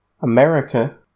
America